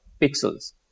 pixels